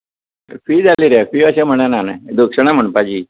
fee जाली रे fee अशें म्हणना न्ही दक्षिणा म्हणपाची